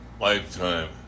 lifetime